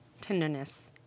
tenderness